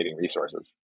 resources